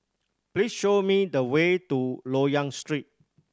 please show me the way to Loyang Street